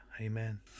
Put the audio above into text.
Amen